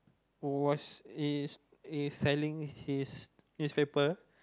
was he's he's selling his newspaper